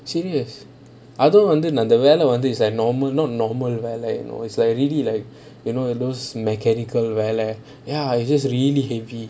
serious அது வந்து:athu vanthu wonder is it like normal not normal but like you know it's like really really like you know when those mechanical wear wear ya it's just really heavy